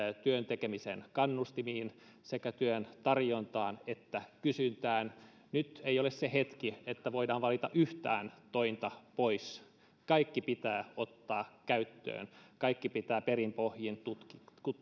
työn tekemisen kannustimiin sekä työn tarjontaan että kysyntään nyt ei ole se hetki että voidaan valita yhtään tointa pois kaikki pitää ottaa käyttöön kaikki pitää perin pohjin tutkia